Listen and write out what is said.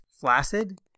flaccid